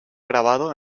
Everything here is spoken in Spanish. grabado